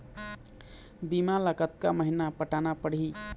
बीमा ला कतका महीना पटाना पड़ही?